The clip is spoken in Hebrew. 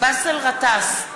באסל גטאס,